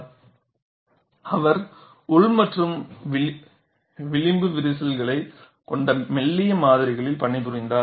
எனவே அவர் உள் மற்றும் விளிம்பு விரிசல்களைக் கொண்ட மெல்லிய மாதிரிகளில் பணிபுரிந்தார்